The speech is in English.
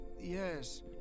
Yes